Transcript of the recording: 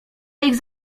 ich